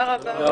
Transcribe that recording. הישיבה ננעלה